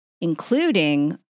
Including